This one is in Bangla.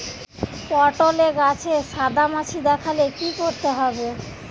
পটলে গাছে সাদা মাছি দেখালে কি করতে হবে?